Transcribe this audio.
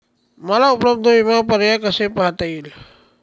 मला उपलब्ध विमा पर्याय कसे पाहता येतील?